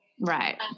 Right